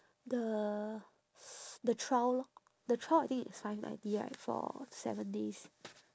the the trial lor the trial I think it's five ninety right for seven days